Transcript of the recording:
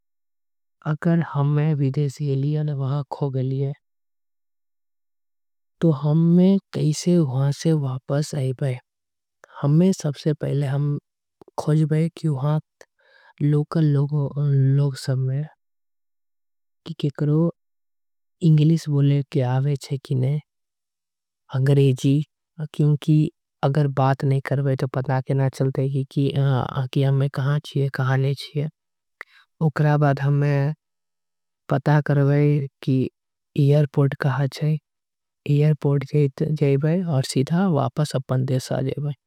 हम सबले पहिले खोजे कि लोकल लोग में काकरो। के इंग्लिश बोले जाय के छीये क्योंकि अगर बात नि। करीबे त पता कईसे कि हमें कहा छे ओकरा बाद। हमे पता करबे की एयरपोर्ट कहा छे एयरपोर्ट जाईबे।